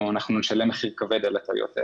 אנחנו נשלם מחיר כבד על הטעויות האלה.